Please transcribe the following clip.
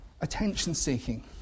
attention-seeking